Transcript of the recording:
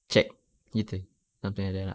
check gitu something like that lah